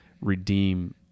redeem